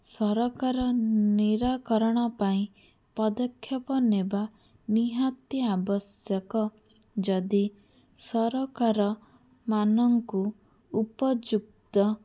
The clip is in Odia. ସରକାର ନିରାକରଣ ପାଇଁ ପଦକ୍ଷେପ ନେବା ନିହାତି ଆବଶ୍ୟକ ଯଦି ସରକାର ମାନଙ୍କୁ ଉପଯୁକ୍ତ